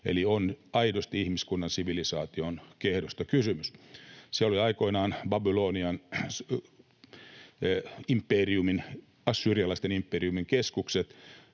eli on aidosti ihmiskunnan sivilisaation kehdosta kysymys. Siellä olivat aikoinaan Babylonian imperiumin ja assyrialaisten imperiumin keskukset